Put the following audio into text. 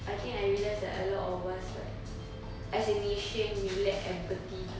I think I realise that a lot of us like as a nation we lack empathy to